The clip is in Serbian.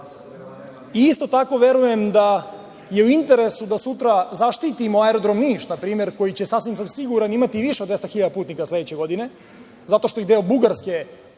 I isto tako verujem da je u interesu da sutra zaštitimo Aerodrom Niš, na primer, koji će sasvim sam siguran imati više od 200 hiljada putnika sledeće godine, zato što je i deo Bugarske